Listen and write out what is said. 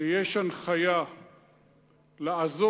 שיש הנחיה לעזוב